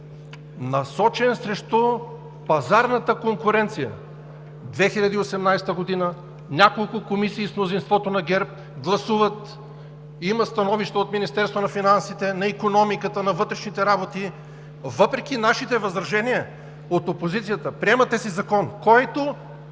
следните проблеми. 2018 г. няколко комисии из мнозинството на ГЕРБ гласуват и има становище от Министерството на финансите, на Икономиката, на Вътрешните работи и въпреки нашите възражения от опозицията – приемате си закон, който